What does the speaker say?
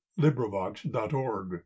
LibriVox.org